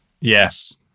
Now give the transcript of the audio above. Yes